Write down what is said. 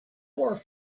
work